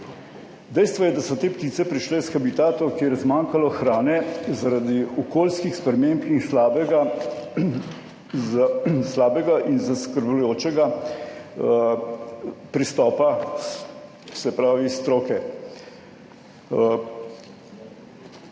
Dejstvo je, da so te ptice prišle s habitatov, kjer je zmanjkalo hrane zaradi okoljskih sprememb in slabega in zaskrbljujočega pristopa, se pravi stroke.